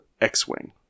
X-Wing